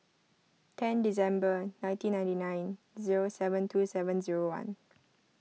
ten December nineteen ninety nine zero seven two seven zero one